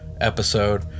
episode